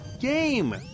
game